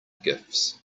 gifts